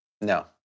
No